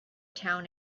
town